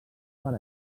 per